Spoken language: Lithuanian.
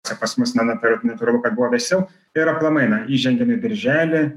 čia pas mus na natūra natūralu kad buvo vėsiau ir aplamai na įžengiam į birželį